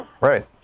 Right